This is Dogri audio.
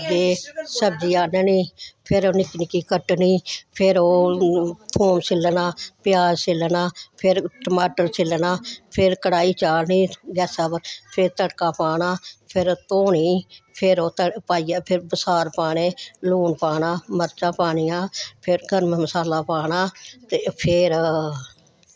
ते सब्जी आह्ननी फिर ओह् निक्की निक्की कट्टनी फिर ओह् थोम छिल्लना प्याज़ छिल्लना फिर टमाटर छिल्लना फिर कड़ाही चाढ़नी गैसा पर फिर तड़का पाना फिर धोनी फिर ओह् पाइयै फिर बसार पाने लून पाना मर्चां पानियां फिर गर्म मसाला पाना ते फिर